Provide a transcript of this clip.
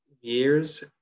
years